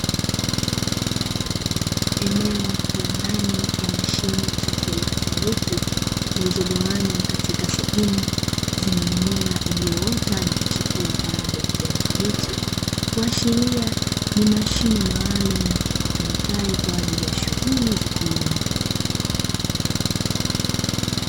eneo la ndani ya mashine za kielektronik zilizo gawanywa katika sehemu zenye mimea iliyoota na kuchipua kwa rangi ya kijani kibichi, kuashiria ni mashine maalumu itumikayo kwaajili yashughuli za kilimo.